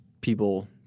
people